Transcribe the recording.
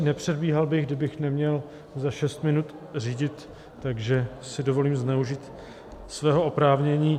Nepředbíhal bych, kdybych neměl za šest minut řídit, takže si dovolím zneužít svého oprávnění.